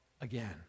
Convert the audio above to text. again